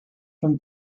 from